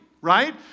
right